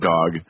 Dog